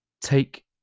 Take